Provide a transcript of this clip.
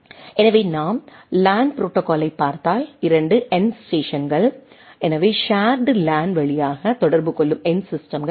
எனவே நாம் லேன் ப்ரோடோகாலைப் பார்த்தால் 2 எண்டு ஸ்டேஷன்கள் எனவே ஷேர்டு லேன் வழியாக தொடர்பு கொள்ளும் எண்டு ஸிஸ்டெம்கள் ஆகும்